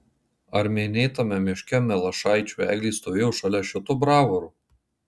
ar minėtame miške milašaičių eglė stovėjo šalia šito bravoro